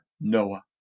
Noah